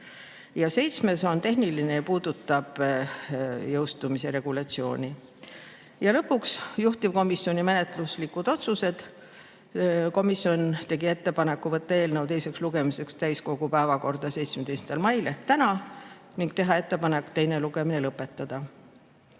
on tehniline ja puudutab jõustumise regulatsiooni. Lõpuks tegi juhtivkomisjon menetluslikud otsused. Komisjon tegi ettepaneku võtta eelnõu teiseks lugemiseks täiskogu päevakorda 17. mail ehk täna ja teha ettepanek teine lugemine lõpetada.